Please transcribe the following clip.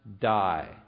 die